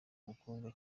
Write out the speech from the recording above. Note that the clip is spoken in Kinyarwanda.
mukobwa